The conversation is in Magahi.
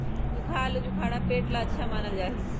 सूखा आलूबुखारा पेट ला अच्छा मानल जा हई